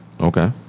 Okay